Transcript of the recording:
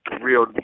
real